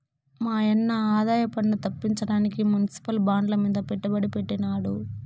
మాయన్న ఆదాయపన్ను తప్పించడానికి మునిసిపల్ బాండ్లమీద పెట్టుబడి పెట్టినాడు